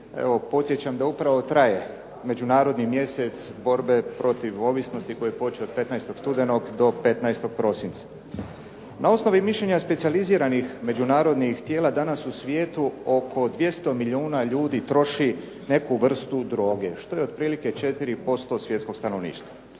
podsjećam da upravo traje međunarodni mjesec borbe protiv ovisnosti koji je počeo 15. studenog do 15. prosinca. Na osnovi mišljenja specijaliziranih međunarodnih tijela danas u svijetu oko 200 milijuna ljudi troši neku vrstu droge, što je otprilike 4% svjetskog stanovništva.